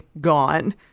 gone